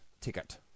ticket